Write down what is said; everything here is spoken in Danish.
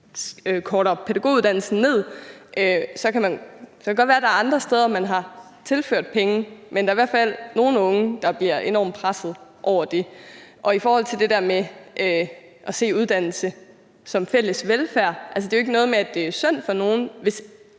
korter pædagoguddannelsen ned. Så kan det godt være, at der er andre steder, man har tilført penge, men der er i hvert fald nogle unge, der bliver enormt presset over det. I forhold til det der med at se på uddannelse som fælles velfærd er det jo ikke noget med, at det er synd for nogen,